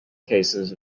cases